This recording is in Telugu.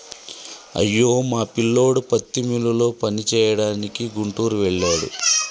అయ్యో మా పిల్లోడు పత్తి మిల్లులో పనిచేయడానికి గుంటూరు వెళ్ళాడు